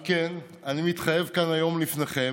על כן אני מתחייב כאן היום לפניכם